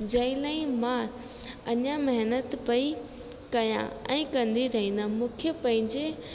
जंहिं लाइ मां अञा महिनत पई कयां ऐं कंदी रहंदमि मूंखे पंहिंजे